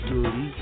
Dirty